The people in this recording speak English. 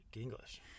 English